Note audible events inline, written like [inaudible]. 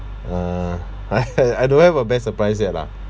uh I [laughs] I don't have a best surprise yet lah